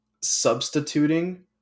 substituting